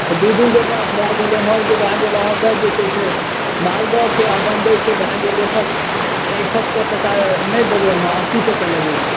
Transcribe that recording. तऽ दू दू गो गाछ भए गेल एम्हर जे भए गेल अहाँकेँ जे छै से मालदहके आ बम्बइके भए गेल एकहक सए टका नहि देबै अहाँ अस्सी टके लगेबै